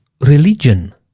religion